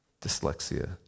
dyslexia